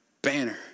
Banner